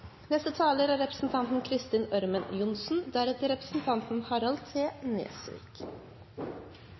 Neste replikant er representanten Harald T. Nesvik.